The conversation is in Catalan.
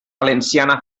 valenciana